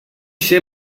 ser